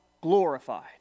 glorified